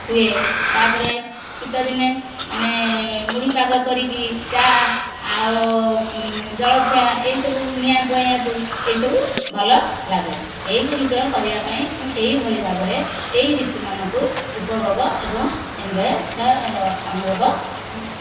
ହୁଏ ତାପରେ ଶୀତ ଦିନେ ମାନେ ମୁଢ଼ି ପାଗ କରିକି ଚା' ଆଉ ଜଳଖିଆ ଏଇ ସବୁ ନିଆଁ ପୁଅଇଁବାକୁ ଏଇସବୁ ଭଲଲାଗେ ଏହି ଗୁଡ଼ିକ କରିବାପାଇଁ ମୁଁ ଏହିଭଳି ଭାବରେ ଏଇ ଋତୁ ମାନଙ୍କୁ ଉପଭୋଗ ଏବଂ ଏଞ୍ଜୟ ବା ଅନୁଭବ କରେ